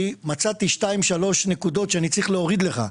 מצאתי שתיים-שלוש נקודות שאני צריך להוריד לך,